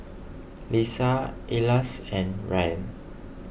Lisa Elyas and Ryan